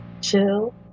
chill